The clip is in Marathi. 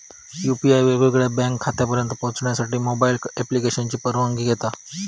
यू.पी.आय वेगवेगळ्या बँक खात्यांपर्यंत पोहचण्यासाठी मोबाईल ॲप्लिकेशनची परवानगी घेता